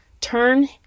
Turn